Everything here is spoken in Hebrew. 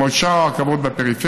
כמו את שאר הרכבות בפריפריה,